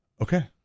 okay